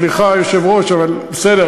סליחה, היושב-ראש, אבל, אל תגיד "כיפת-הסלע".